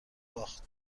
باخت